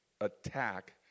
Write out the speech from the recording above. attack